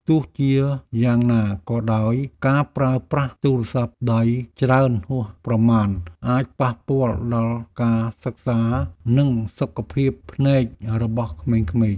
ទោះជាយ៉ាងណាក៏ដោយការប្រើប្រាស់ទូរស័ព្ទដៃច្រើនហួសប្រមាណអាចប៉ះពាល់ដល់ការសិក្សានិងសុខភាពភ្នែករបស់ក្មេងៗ។